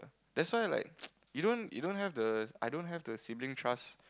that's why like you don't you don't have the I don't have the sibling trust